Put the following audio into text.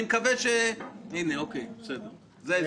זה ההסבר.